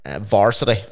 Varsity